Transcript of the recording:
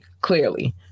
clearly